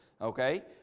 Okay